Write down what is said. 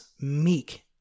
meek